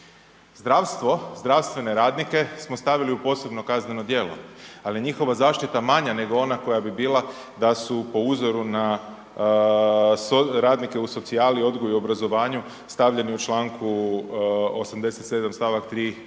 Zdravstvo, zdravstvene radnike smo stavili u posebno kazneno djelo, ali njihova zaštita je manja nego ona koja bi bila da su po uzoru na radnike u socijali, odgoju i obrazovanju stavljeni u čl. 87. st. 3 kao